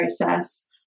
process